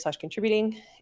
contributing